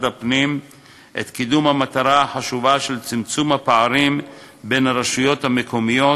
הפנים את קידום המטרה החשובה של צמצום הפערים בין הרשויות המקומיות,